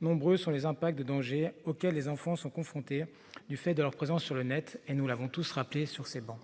nombreux sont les impacts de dangers auxquels les enfants sont confrontés. Du fait de leur présence sur le Net et nous l'avons tous rappeler sur ces bancs.